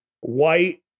white